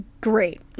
Great